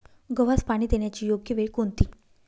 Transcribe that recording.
गव्हास पाणी देण्याची योग्य वेळ कोणती?